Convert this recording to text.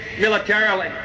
militarily